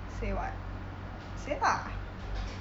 say what say lah